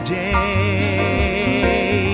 day